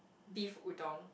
beef udon